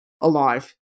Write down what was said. alive